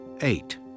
Eight